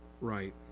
Right